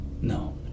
No